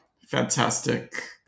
fantastic